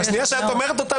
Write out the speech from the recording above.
בשנייה שאת אומרת אותם,